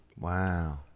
Wow